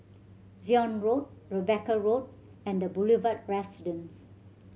Zion Road Rebecca Road and The Boulevard Residence